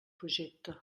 projecte